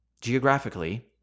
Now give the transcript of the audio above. geographically